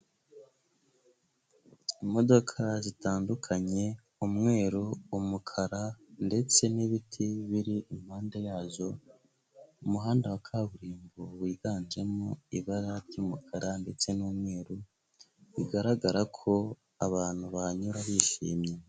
Imodoka zitandukanye umweru, umukara ndetse n'ibiti biri impande yazo. Umuhanda wa kaburimbo wiganjemo ibara ry'umukara ndetse n'umweru, bigaragara ko abantu bahanyura bishimye.